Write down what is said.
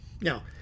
Now